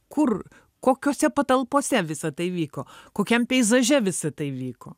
kur kokiose patalpose visa tai vyko kokiam peizaže visa tai vyko